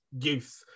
youth